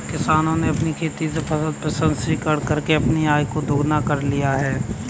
किसानों ने अपनी खेती में फसल प्रसंस्करण करके अपनी आय को दुगना कर लिया है